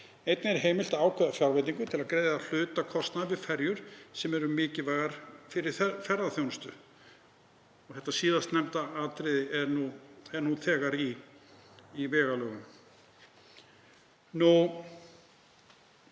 Einnig er heimilt að ákveða fjárveitingu til greiðslu hluta kostnaðar við ferjur sem eru mikilvægar fyrir ferðaþjónustu.“ Þetta síðastnefnda atriði er nú þegar í vegalögum.